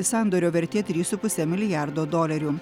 sandorio vertė trys su puse milijardo dolerių